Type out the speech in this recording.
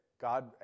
God